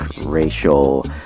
racial